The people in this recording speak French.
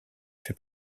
fait